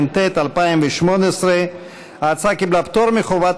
התשע"ט 2018. ההצעה קיבלה פטור מחובת